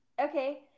Okay